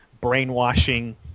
brainwashing